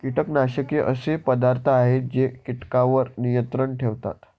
कीटकनाशके असे पदार्थ आहेत जे कीटकांवर नियंत्रण ठेवतात